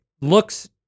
looks